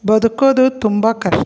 ಬದುಕೋದು ತುಂಬ ಕಷ್ಟ